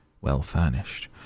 well-furnished